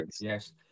Yes